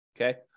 Okay